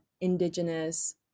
indigenous